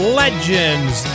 legends